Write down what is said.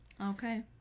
Okay